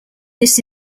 this